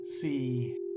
see